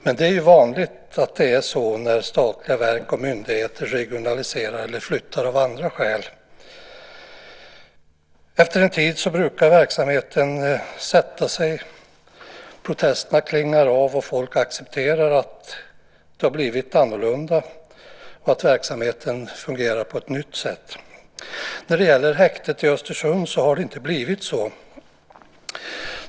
Men det är vanligt att det är så när statliga verk och myndigheter regionaliserar eller flyttar av andra skäl. Efter en tid brukar verksamheten sätta sig, protesterna klingar av och folk accepterar att det har blivit annorlunda och att verksamheten fungerar på ett nytt sätt. När det gäller häktet i Östersund har det inte blivit så.